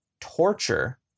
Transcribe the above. torture